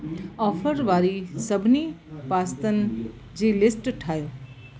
offer वारी सभिनी पास्तनि जी लिस्ट ठाहियो